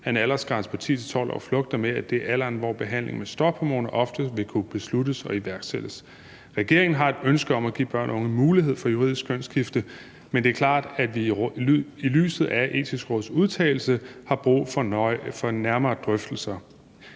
at en aldersgrænse på 10-12 år flugter med, at det er alderen, hvor behandling med stophormoner ofte vil kunne besluttes og iværksættes. Regeringen har et ønske om at give børn og unge mulighed for juridisk kønsskifte, men det er klart, at vi i lyset af Det Etiske Råds udtalelse har brug for nærmere drøftelser.